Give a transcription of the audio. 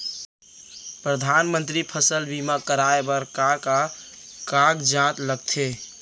परधानमंतरी फसल बीमा कराये बर का का कागजात लगथे?